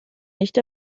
nicht